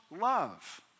love